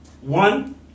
one